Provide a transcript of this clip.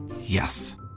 Yes